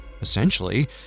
Essentially